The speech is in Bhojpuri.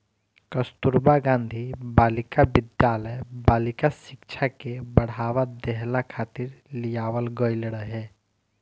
कस्तूरबा गांधी बालिका विद्यालय बालिका शिक्षा के बढ़ावा देहला खातिर लियावल गईल रहे